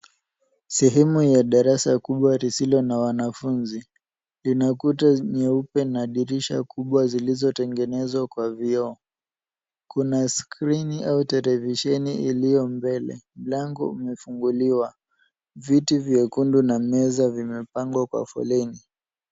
Sehemu ya darasa kubwa lisilo na wanafunzi. Lina kuta nyeupe na dirisha kubwa zilizotengenezwa kwa vioo. Kuna skrini au televisheni iliyo mbele. Mlango umefunguliwa. Viti vyekundu na meza vimepangwa kwa foleni.